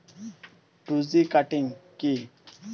Two G cutting কি?